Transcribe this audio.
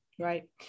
Right